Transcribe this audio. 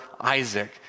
Isaac